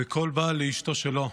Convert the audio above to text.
וכל בעל לאשתו שלו.